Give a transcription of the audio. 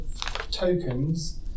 tokens